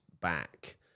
back